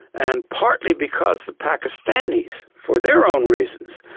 and partly because the pakistanis, for their own reasons,